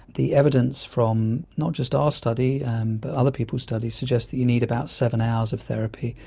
the evidence from not just our study but other people's studies suggests that you need about seven hours of therapy.